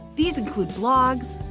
these include blogs,